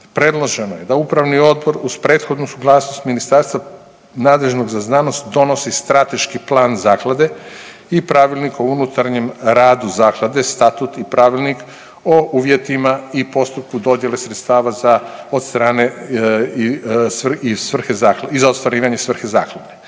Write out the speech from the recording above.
Predloženo je da upravni odbor uz prethodnu suglasnost ministarstva nadležnog za znanost donosi strateški plan zaklade i pravilnik o unutarnjem radu zaklade, statut i pravilnik o uvjetima i postupku dodijele sredstava za, od strane i svrhe zaklade